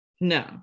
No